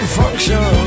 function